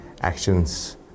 actions